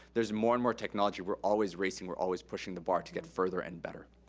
there's more and more technology. we're always racing, we're always pushing the bar to get further and better.